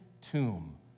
tomb